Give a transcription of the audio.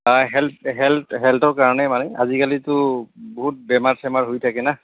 health health হেল্থৰ কাৰণেই মানে আজিকালিতো বহুত বেমাৰ চেমাৰ হৈ থাকে না